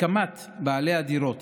הסכמת בעלי הדירות